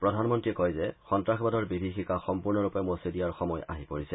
প্ৰধানমন্ত্ৰীয়ে কয় যে সন্তাসবাদৰ বিভীষিকা সম্পূৰ্ণৰূপে মচি দিয়াৰ সময় আহি পৰিছে